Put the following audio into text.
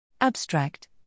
Abstract